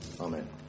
Amen